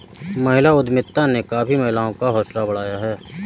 महिला उद्यमिता ने काफी महिलाओं का हौसला बढ़ाया है